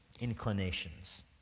inclinations